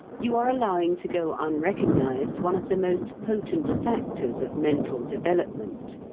you are allowing to go unrecognized one of the most potent factors of mental development.